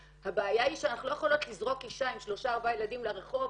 הבעיה היא שאנחנו לא יכולים לזרוק אישה עם שלושה או ארבעה ילדים לרחוב,